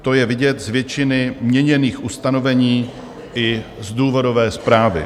To je vidět z většiny měněných ustanovení i z důvodové zprávy.